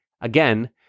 Again